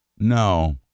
No